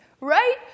right